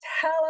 Tell